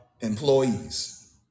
employees